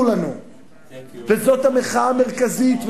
וזאת המחאה המרכזית,